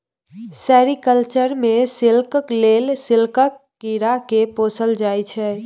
sericulture मे silk लेल सिल्कक कीरा केँ पोसल जाइ छै